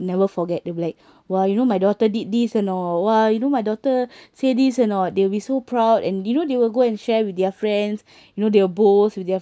never forget they'll be like !wah! you know my daughter did this or not !wah! you know my daughter say this or not they'll be so proud you know they will go and share with their friends you know their will boast with their